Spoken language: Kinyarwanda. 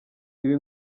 ibi